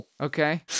Okay